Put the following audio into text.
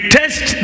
test